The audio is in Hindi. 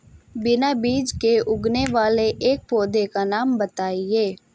बिना बीज के उगने वाले एक पौधे का नाम बताइए